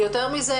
יותר מזה,